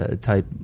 type